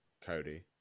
Cody